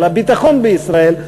על הביטחון בישראל,